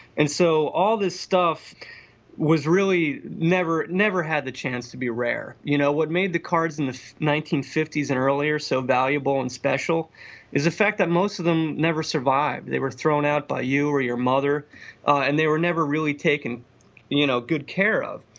and so all this stuff was really, never never had the chance to be rare. you know what made the cars in the nineteen fifty s or and earlier so valuable and special is the fact that most of them never survived. they were thrown out by you or your mother and they were never really taken you know good care of,